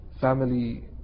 family